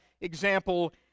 example